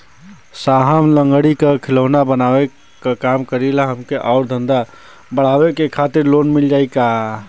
साहब हम लंगड़ी क खिलौना बनावे क काम करी ला हमके आपन धंधा अउर बढ़ावे के खातिर लोन मिल जाई का?